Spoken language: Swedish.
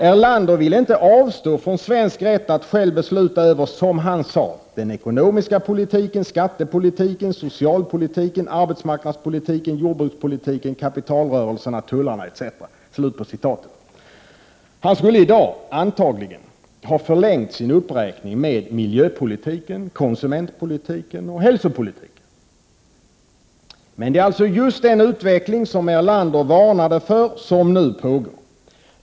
Erlander ville inte avstå från svenska folkets rätt att självt besluta över, som han sade, ”den ekonomiska politiken, skattepolitiken, socialpolitiken, arbetsmarknadspolitiken, jordbrukspolitiken, kapitalrörelserna, tullarna etc.”. Han skulle i dag antagligen ha förlängt sin uppräkning med miljöpolitiken, konsumentpolitiken och hälsopolitiken. Men det är alltså just den utveckling Erlander varnade för som nu pågår.